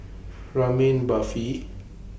Ramen Barfi